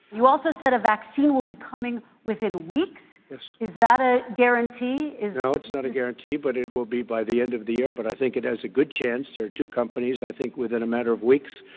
you also said a vaccine will be coming within weeks. yes. is that a guarantee? is no, it's not a guarantee, but it will be by the end of the year. but i think it has a good chance there are two companies i think within a matter of weeks.